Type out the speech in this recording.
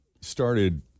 started